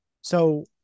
So-